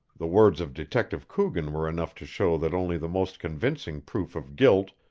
the words of detective coogan were enough to show that only the most convincing proof of guilt,